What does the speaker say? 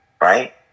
right